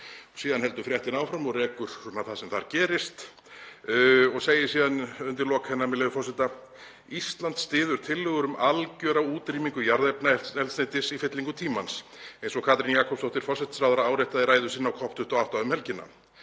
Síðan heldur fréttin áfram og rekur það sem þar gerist og segir síðan undir lok hennar, með leyfi forseta: „Ísland styður tillögur um algjöra útrýmingu jarðefnaeldsneytis í fyllingu tímans, eins og Katrín Jakobsdóttir forsætisráðherra áréttaði í ræðu sinni á COP28 um helgina.